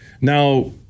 Now